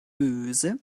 öse